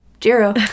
Jiro